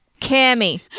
Cammy